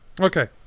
Okay